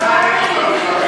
מהליכוד.